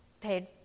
paid